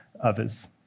others